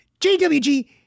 jwg